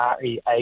REA